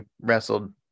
wrestled